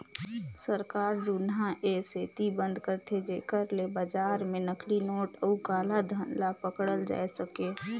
सरकार जुनहा ए सेती बंद करथे जेकर ले बजार में नकली नोट अउ काला धन ल पकड़ल जाए सके